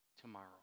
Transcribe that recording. tomorrow